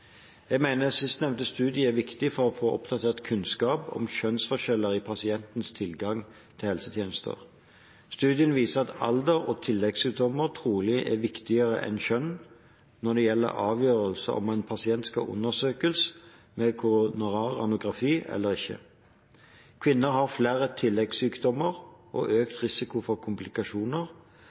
Jeg mener sistnevnte studie er viktig for å få oppdatert kunnskap om kjønnsforskjeller i pasienters tilgang til helsetjenester. Studien viser at alder og tilleggssykdommer trolig er viktigere enn kjønn når det gjelder avgjørelsen om en pasient skal undersøkes med koronar angiografi eller ikke. Kvinner har flere tilleggssykdommer og økt risiko for komplikasjoner,